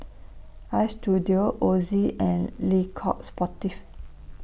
Istudio Ozi and Le Coq Sportif